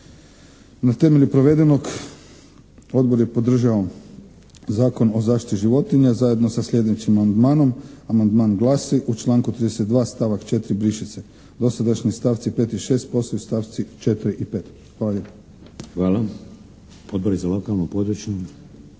Na temelju provedenog odbor je podržao Zakon o zaštiti životinja zajedno sa sljedećim amandmanom. Amandman glasi: "U članku 32. stavak 4. briše se. Dosadašnji stavci 5. i 6. postaju stavci 4. i 5.". Hvala lijepa. **Šeks,